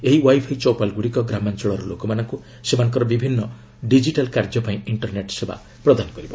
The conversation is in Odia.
ଏହି ୱାଇଫାଇ ଚୌପାଲ୍ ଗୁଡ଼ିକ ଗ୍ରାମାଞ୍ଚଳର ଲୋକମାନଙ୍କୁ ସେମାନଙ୍କର ବିଭିନ୍ନ ଡିଜିଟାଲ୍ କାର୍ଯ୍ୟ ପାଇଁ ଇଣ୍ଟରନେଟ୍ ସେବା ପ୍ରଦାନ କରିବ